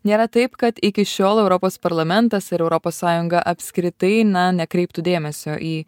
nėra taip kad iki šiol europos parlamentas ir europos sąjunga apskritai na nekreiptų dėmesio į